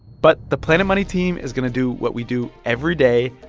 but the planet money team is going to do what we do every day.